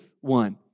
one